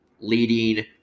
leading